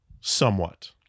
somewhat